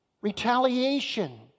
retaliation